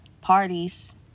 parties